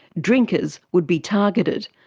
drinkers would be targeted,